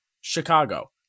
Chicago